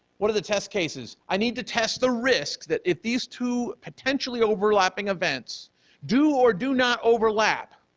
what are the test cases? i need to test the risks that if these two potentially overlapping events do or do not overlap,